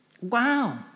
Wow